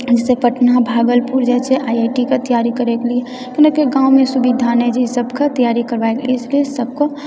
जैसे पटना भागलपुर जाइत छै आइआइटीके तैयारी करैके लिए कैला कि गाममे सुविधा नहि जे ई सबके इसलिए सबके